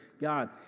god